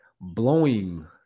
blowing